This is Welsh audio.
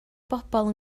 bobol